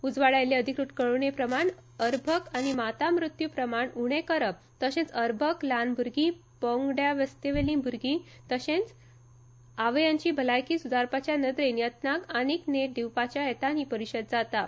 उजवाडायल्ले अधिकृत कळवणे प्रमाण अर्भक आनी माता मृत्यु प्रमाण उणे करप तशेंच अर्भक ल्हान भूरगी पौगंडावस्थेतली भूरगी तशेच आवयांची भलायकी सुदारपाच्या नदरेन यत्नाक आनीक नेट दिवपाच्या हेतान ही परीषद जाता